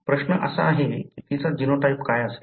प्रश्न असा आहे की तिचा जीनोटाइप काय असेल